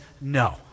no